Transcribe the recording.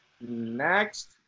Next